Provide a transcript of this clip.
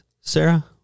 Sarah